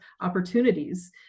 opportunities